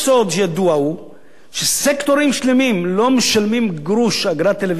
ידוע שסקטורים שלמים לא משלמים גרוש אגרת טלוויזיה,